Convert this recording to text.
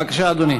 בבקשה, אדוני.